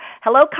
Hello